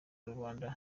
rubanda